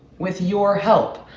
with your help.